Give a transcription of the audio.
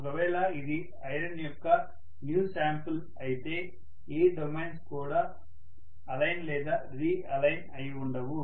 ఒకవేళ ఇది ఐరన్ యొక్క న్యూ శాంపిల్ అయితే ఏ డొమైన్స్ కూడా అలైన్ లేదా రి అలైన్ అయి ఉండవు